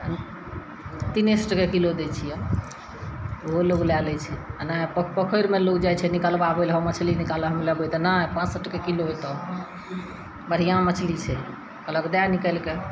तीने सए टके किलो दै छियऽ ओहो लोग लए लै छै एनाही पो पोखैर मऽ जाए छै निकलबाबै लए हउ मछली निकालऽ हम लेबै तऽ नहि पाँच सए टके किलो हेतऽ बढ़िआँ मछली छै कहलक दए निकालिके